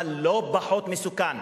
אבל לא פחות מסוכן